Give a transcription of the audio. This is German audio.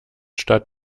statt